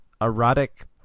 erotic